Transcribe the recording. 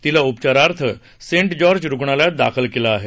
तिला उपचारार्थ saint George रुग्णालयात दाखल केलं आहे